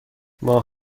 ماه